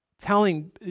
telling